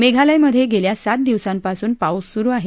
मेघालयमध्ये गेल्या सात दिवसांपासून पाऊस सुरु आहे